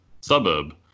suburb